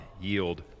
yield